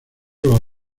los